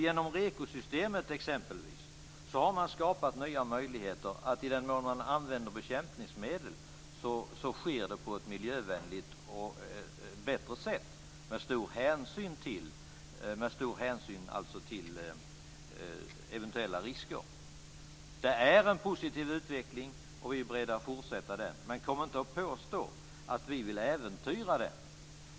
Genom REKO systemet, exempelvis, har man skapat nya möjligheter för att använda bekämpningsmedel på ett miljövänligt och på ett bättre sätt i den mån man använder det. Det sker med stor hänsyn till eventuella risker. Det är en positiv utveckling, och vi är beredda att fortsätta den, så kom inte och påstå att vi vill äventyra den.